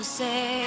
say